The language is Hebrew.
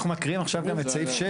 אנחנו מקריאים עכשיו גם את סעיף 6,